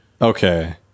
Okay